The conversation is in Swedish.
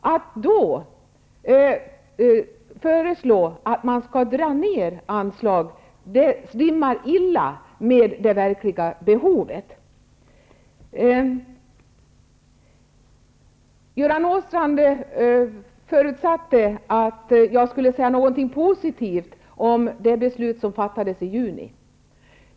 Att under rådande förhållanden föreslå neddragningar av anslagen rimmar illa med det verkliga behovet. Göran Åstrand förutsatte att jag skulle säga någonting positivt om det beslut som fattades i juni.